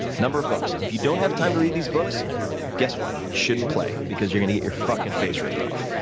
number of books, and if you don't have time to read these books guess what, you shouldn't play because you're going to get your fucking face ripped off.